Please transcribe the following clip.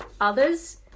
others